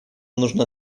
нужно